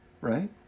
right